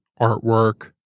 artwork